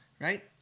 right